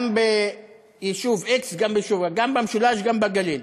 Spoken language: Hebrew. גם יישוב x וגם ביישוב y, במשולש, גם בגליל.